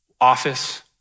office